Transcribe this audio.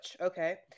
Okay